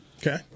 Okay